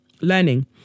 learning